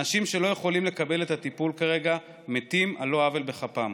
אנשים שלא יכולים לקבל את הטיפול כרגע מתים על לא עוול בכפם,